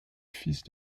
fils